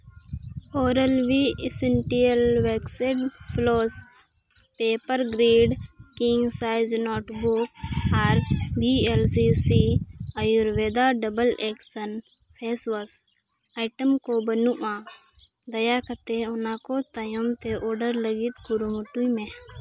oral B essential waxing floss paper grid king size notebook ᱵᱩᱠ ᱟᱨ V L C C Ayurveda double action face wash item ᱠᱚ ᱵᱟᱹᱱᱩᱜᱼᱟ ᱫᱟᱭᱟ ᱠᱟᱛᱮ ᱚᱱᱟ ᱠᱚ ᱛᱟᱭᱚᱢ ᱛᱮ ᱚᱰᱟᱨ ᱞᱟᱹᱜᱤᱫ ᱠᱩᱨᱩᱢᱩᱴᱩᱭ ᱢᱮ